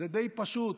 זה די פשוט,